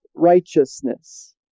righteousness